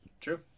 True